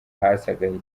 hasi